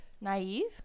naive